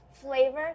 flavor